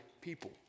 people